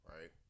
right